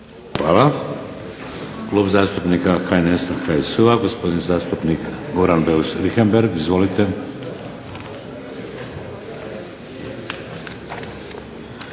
Hvala. Klub zastupnika HNS HSU-a gospodin zastupnik Goran Beus Richembergh. **Beus